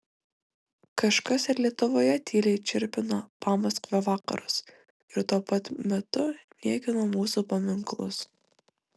kažkas ir lietuvoje tyliai čirpino pamaskvio vakarus ir tuo pat metu niekino mūsų paminklus